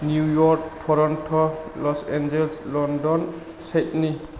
New York Toronto Los Angeles London सेटनि